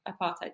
apartheid